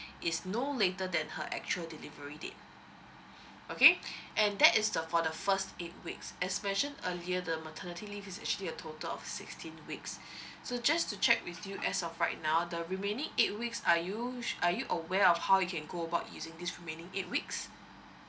is no later than her actual delivery date okay and that is the for the first eight weeks as mention earlier the maternity leave is actually a total of sixteen weeks so just to check with you as of right now the remaining eight weeks are you are you aware of how you can go about using this remaining eight weeks